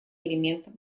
элементов